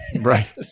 right